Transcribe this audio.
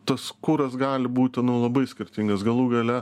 tas kuras gali būti labai skirtingas galų gale